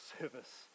service